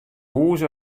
hûs